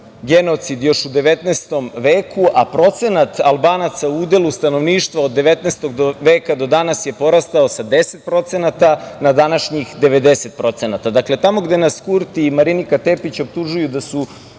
genocid još u 19. veku, a procenat Albanaca u udelu stanovništva od 19. veka do danas je porastao sa 10% na današnjih 90%. Dakle, tamo gde nas Kurti i Marinika Tepić optužuju da su